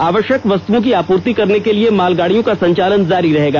आवश्यक वस्तुओं की आपूर्ति करने के लिए मालगाड़ियों का संचालन जारी रहेगा